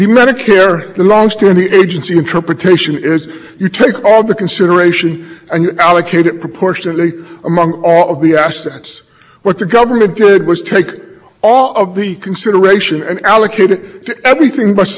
consideration and allocate it proportionately among all of the assets what the government did was take all of the consideration and allocated everything besides the hard assets and then say look there's nothing left for